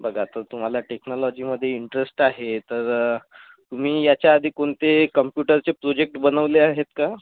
बघा आता तुम्हाला टेक्नॉलजीमधे इंट्रेस्ट आहे त तुम्ही ह्याच्याआधी कोणते कम्प्युटरचे प्रोजेक्ट बनवले आहेत का